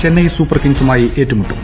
Chennai super കിങ്സുമായി ഏറ്റുമുട്ടും